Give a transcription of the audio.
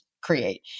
create